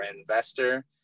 investor